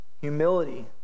Humility